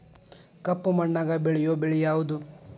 ಕಪ್ಪು ಮಣ್ಣಾಗ ಬೆಳೆಯೋ ಬೆಳಿ ಯಾವುದು?